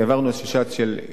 והעברנו coaching למשפחות.